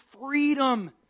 freedom